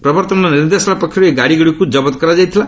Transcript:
ପ୍ରବର୍ତ୍ତନ ନିର୍ଦ୍ଦେଶାଳୟ ପକ୍ଷରୁ ଏହି ଗାଡ଼ିଗୁଡ଼ିକୁ କବତ କରାଯାଇଥିଲା